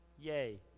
yay